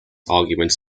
arguments